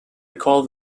recall